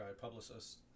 publicist